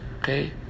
Okay